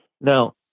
now